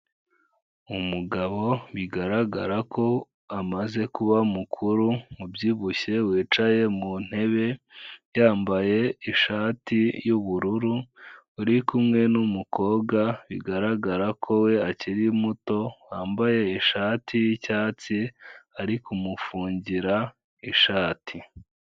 Umugabo bigaragara ko amaze kuba mukuru, ubyibushye, wicaye mu ntebe, yambaye ishati y'ubururu, uri kumwe n'umukobwa bigaragara ko we akiri muto, wambaye ishati y'icyatsi, ari kumufungira ishati.